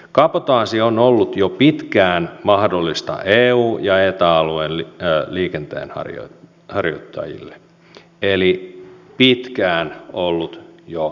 kabotaasi on ollut jo pitkään mahdollista eun ja eta alueen liikenteenharjoittajille eli pitkään ollut jo vallitseva tilanne